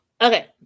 okay